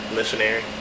Missionary